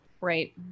right